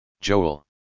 Joel